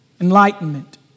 Enlightenment